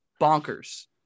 bonkers